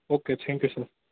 okay thank you sir